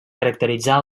caracteritzar